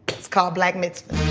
it's called black mitzvah.